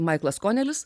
maiklas konelis